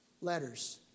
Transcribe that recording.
letters